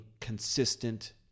consistent